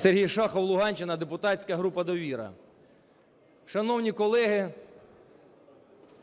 Сергій Шахов, Луганщина, депутатська група "Довіра". Шановні колеги,